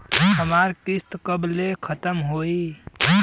हमार किस्त कब ले खतम होई?